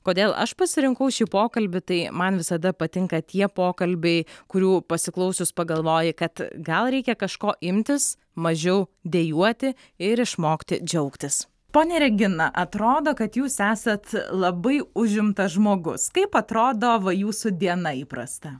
kodėl aš pasirinkau šį pokalbį tai man visada patinka tie pokalbiai kurių pasiklausius pagalvoji kad gal reikia kažko imtis mažiau dejuoti ir išmokti džiaugtis ponia regina atrodo kad jūs esat labai užimtas žmogus kaip atrodo va jūsų diena įprasta